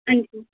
जी जी